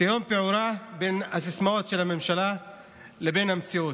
תהום פעורה בין הסיסמאות של הממשלה לבין המציאות.